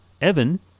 Evan